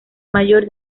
mayor